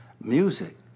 music